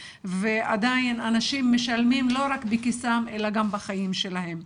ועדיין אנשים משלמים לא רק מכיסם אלא גם בחיים שלהם.